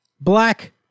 Black